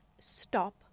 stop